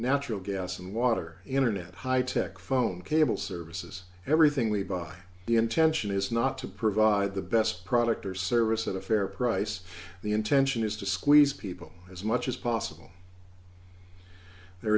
natural gas and water internet high tech phone cable services everything we buy the intention is not to provide the best product or service at a fair price the intention is to squeeze people as much as possible there